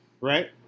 right